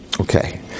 Okay